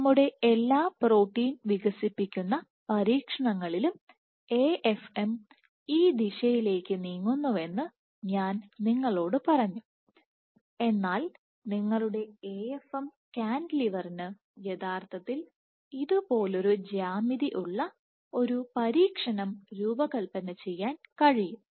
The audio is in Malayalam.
നമ്മുടെ എല്ലാ പ്രോട്ടീൻ വികസിപ്പിക്കുന്ന പരീക്ഷണങ്ങളിലുംAFM ഈ ദിശയിലേക്ക് നീങ്ങുന്നുവെന്ന് ഞാൻ നിങ്ങളോട് പറഞ്ഞു എന്നാൽ നിങ്ങളുടെ AFM കാന്റിലിവറിന് യഥാർത്ഥത്തിൽ ഇതുപോലൊരു ജ്യാമിതി ഉള്ള ഒരു പരീക്ഷണം രൂപകൽപ്പന ചെയ്യാൻ കഴിയും